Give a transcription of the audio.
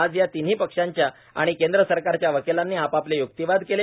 आज या तिन्ही पक्षांच्या आणि केंद्र सरकारच्या वकिलांनी आपापले यूक्तिवाद केले